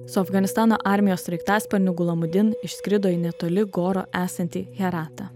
su afganistano armijos sraigtasparniu gulamudin išskrido į netoli goro esantį heratą